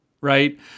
Right